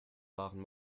waren